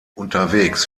unterwegs